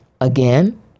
Again